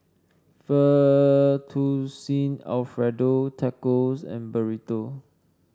Fettuccine Alfredo Tacos and Burrito